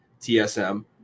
TSM